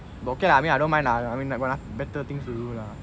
but okay lah I mean I don't mind lah I mean like when I got better things to do lah